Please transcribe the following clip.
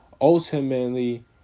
ultimately